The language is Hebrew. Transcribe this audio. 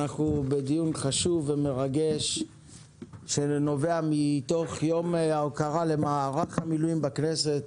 אנחנו בדיון חשוב ומרגש שנובע מתוך יום ההוקרה למערך המילואים בכנסת.